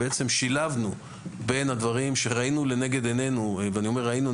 שילבנו בין הדברים שראינו לנגד עינינו ואני אומר ראינו,